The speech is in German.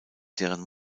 deren